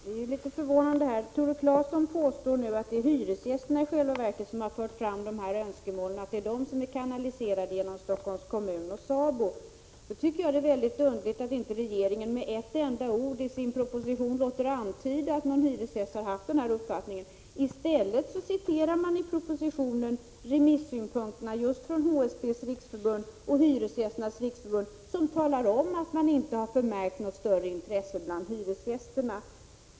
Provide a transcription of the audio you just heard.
Herr talman! Det här är förvånande. Tore Claeson påstår nu att det i själva verket är hyresgästerna som fört fram önskemål om kooperativa hyresrätter och att dessa önskemål kanaliserats genom Stockholms kommun och SABO. Då är det underligt att regeringen inte med ett enda ord i sin proposition låtit antyda att någon hyresgäst anfört den uppfattningen. I stället citerar propositionen remissyttrandena just från HSB:s riksförbund och Hyresgästernas riksförbund, där det sägs att man inte förmärkt något större intresse bland hyresgästerna.